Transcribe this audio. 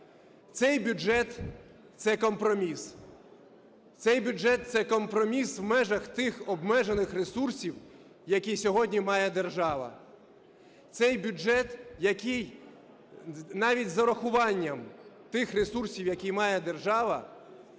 Цей бюджет – це компроміс. Це бюджет – це компроміс в межах тих обмежених ресурсів, які сьогодні має держава. Цей бюджет, який навіть з урахуванням тих ресурсів, які має держава,